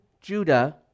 Judah